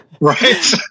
Right